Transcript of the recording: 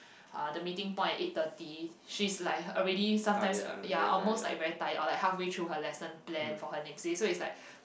uh the meeting point at eight thirty she's like already sometimes ya almost like very tired or like halfway through her lesson plan for her next day so it's like